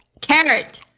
Carrot